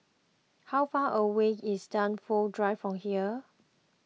how far away is Dunsfold Drive from here